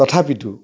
তথাপিতো